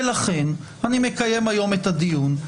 ולכן אני מקיים היום את הדיון.